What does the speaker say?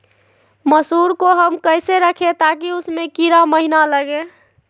मसूर को हम कैसे रखे ताकि उसमे कीड़ा महिना लगे?